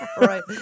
Right